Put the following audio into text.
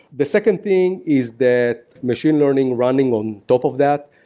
the second thing is that machine learning running on top of that.